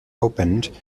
opened